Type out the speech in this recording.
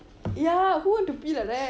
ya who want to pee like that